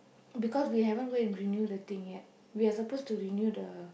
because we haven't go and renew the thing yet we are supposed to renew the